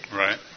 right